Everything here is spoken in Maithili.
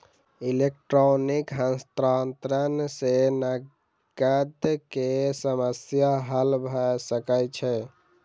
इलेक्ट्रॉनिक हस्तांतरण सॅ नकद के समस्या हल भ सकै छै